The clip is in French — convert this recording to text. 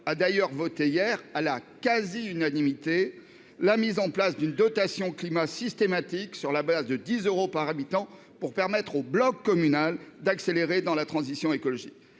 a d'ailleurs voté hier, à la quasi-unanimité, la mise en place d'une dotation climat systématique sur la base de 10 euros par habitant, pour permettre au bloc communal d'accélérer la transition écologique.